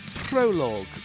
prologue